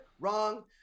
Wrong